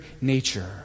nature